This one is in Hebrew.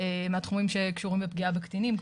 מהתחומים שקשורים בפגיעה בקטינים,